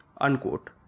Unquote